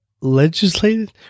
legislated